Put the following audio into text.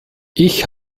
ich